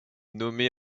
nommé